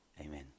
amen